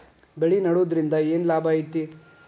ಬೆಳೆ ನೆಡುದ್ರಿಂದ ಏನ್ ಲಾಭ ಐತಿ?